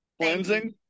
cleansing